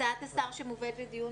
הצעת השר שמובאת לדיון